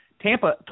Tampa